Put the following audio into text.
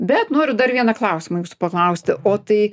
bet noriu dar vieną klausimą jūsų paklausti o tai